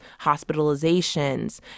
hospitalizations